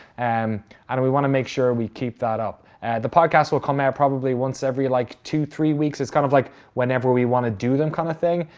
and and we wanna make sure we keep that up. the podcast will come out probably once every like, two, three weeks. it's kind of like whenever we wanna do them, kinda thing.